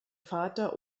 vater